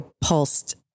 pulsed